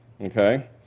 Okay